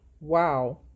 wow